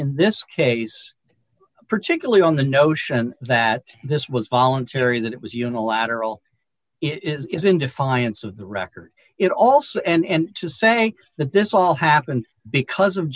in this case particularly on the notion that this was voluntary that it was unilateral it is in defiance of the record it also and to say that this all happened because of